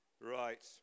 right